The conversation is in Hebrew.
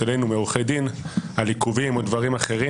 עורך הדין פנחס מיכאלי מלשכת עורכי הדין.